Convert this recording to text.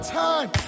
time